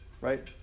right